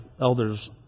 elders